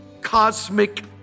cosmic